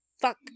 Fuck